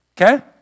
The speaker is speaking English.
Okay